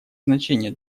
значение